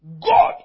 God